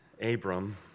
Abram